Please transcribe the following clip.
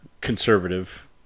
conservative